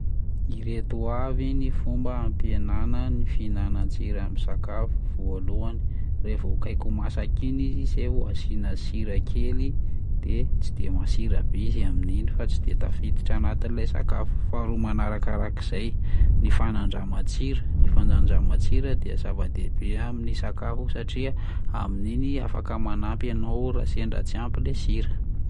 Ireto avy ny fomba hampihenana ny fihinanan-tsjra amin'ny sakafo: voalohany, raha vao akaiky ho masaka iny izy zay vao asiana sira kely de tsy de masira be izy amin'iny fa tsy de tafiditra anatin'ilay sakafo; faharoa manarakarak'izay ny fanandraman-tsira, ny fanandraman-tsira dia zava-dehibe amin'ny sakafo satria amin'iny afaka manampy ianao raha sendra tsy ampy lay sira.